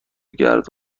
گرد